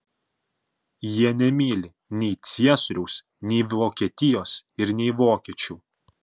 jie nemyli nei ciesoriaus nei vokietijos ir nei vokiečių